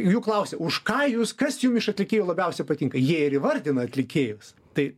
jų klausia už ką jūs kas jum iš atlikėjų labiausiai patinka jie ir įvardina atlikėjus tai